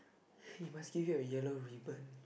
he must give you a Yellow Ribbon